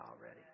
already